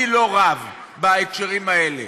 אני לא רב בהקשרים האלה.